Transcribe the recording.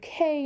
UK